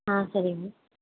ஆ சரிம்மா